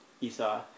Esau